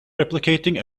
replicating